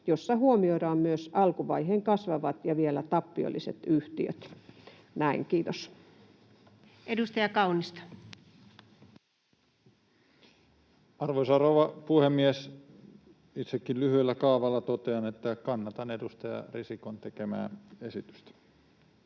jossa huomioidaan myös alkuvaiheen kasvavat ja vielä tappiolliset yhtiöt.” — Kiitos. Edustaja Kaunisto. Arvoisa rouva puhemies! Itsekin lyhyellä kaavalla totean, että kannatan edustaja Risikon tekemää esitystä.